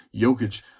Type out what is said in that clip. Jokic